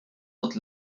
dat